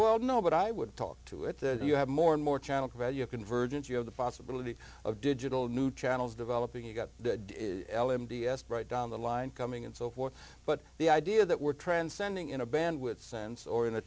well no but i would talk to it that you have more and more channel value convergence you have the possibility of digital new channels developing you've got that m t s right down the line coming and so forth but the idea that we're transcending in a band with sense or in a